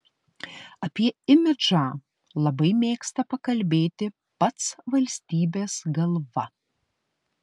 apie imidžą labai mėgsta pakalbėti pats valstybės galva